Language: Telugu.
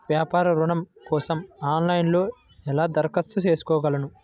వ్యాపార ఋణం కోసం ఆన్లైన్లో ఎలా దరఖాస్తు చేసుకోగలను?